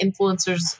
influencers